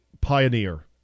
pioneer